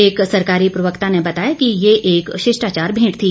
एक सरकारी प्रवक्ता ने बताया कि ये एक शिष्टाचार भेंट थी